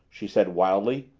she said wildly.